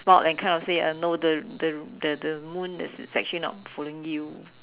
smiled and kind of say uh no the the the the moon is is actually not following you